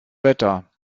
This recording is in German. wetter